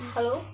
Hello